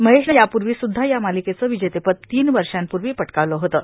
महेशनं यापूर्वीसुद्धा या मालिकेचं विजेतेपद तीन वर्षांपूर्वी पटकावलं होतं